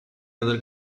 other